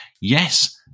Yes